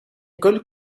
école